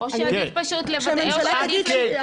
יפעת, כן.